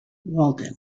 walden